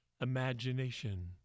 imagination